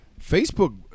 Facebook